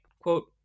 quote